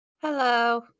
hello